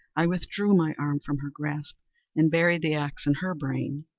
i withdrew my arm from her grasp and buried the axe in her brain.